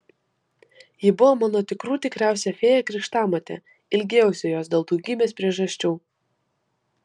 ji buvo mano tikrų tikriausia fėja krikštamotė ilgėjausi jos dėl daugybės priežasčių